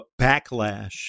backlash